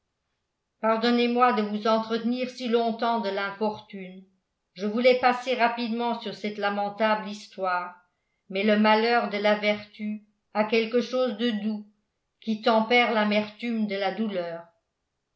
pardonnez-moi de vous entretenir si longtemps de l'infortune je voulais passer rapidement sur cette lamentable histoire mais le malheur de la vertu a quelque chose de doux qui tempère l'amertume de la douleur